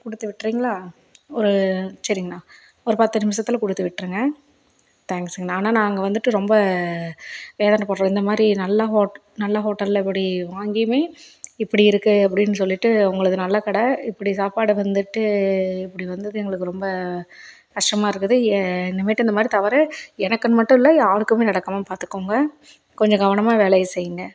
கொடுத்து விட்றீங்களா ஒரு சரிங்கண்ணா ஒரு பத்து நிமிஷத்துல கொடுத்து விட்டுருங்க தேங்க்ஸுங்கண்ணா அண்ணா நான் அங்கே வந்துட்டு ரொம்ப வேதனைபட்றேன் இந்த மாதிரி நல்ல ஹோட் நல்ல ஹோட்டலில் இப்படி வாங்கியுமே இப்படி இருக்குது அப்படின்னு சொல்லிவிட்டு உங்களுது நல்ல கடை இப்படி சாப்பாடு வந்துட்டு இப்படி வந்தது எங்களுக்கு ரொம்ப கஷ்டமாக இருக்குது ஏ இனிமேட்டு இந்த மாதிரி தவறை எனக்குன்னு மட்டும் இல்லை யாருக்குமே நடக்காமல் பார்த்துக்கோங்க கொஞ்சம் கவனமாக வேலையை செய்யுங்க